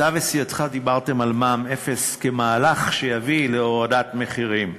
אתה וסיעתך דיברתם על מע"מ אפס כמהלך שיביא להורדת מחירים.